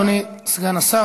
אדוני סגן השר,